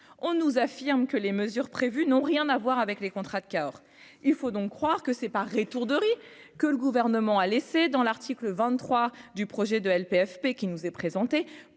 on nous affirme que les mesures prévues n'ont rien à voir avec les contrats de Cahors, il faut donc croire que c'est par étourderie, que le gouvernement a laissé dans l'article 23 du projet de LPFP qui nous est présenté